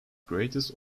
greatest